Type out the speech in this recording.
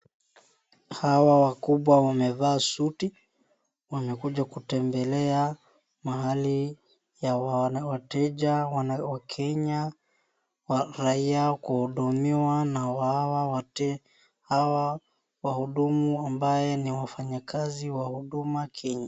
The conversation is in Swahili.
Hawa wakubwa wamevaa suti, wamekuja kutembelea mahali ya wateja wakenya, raia kuhudumia na hawa wahudumu amabaye ni wafanyikazi wa huduma Kenya.